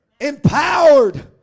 Empowered